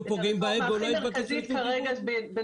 פוגעים באגו לא היית מבקשת רשות דיבור?